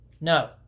No